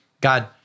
God